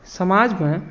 समाजमे